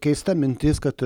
keista mintis kad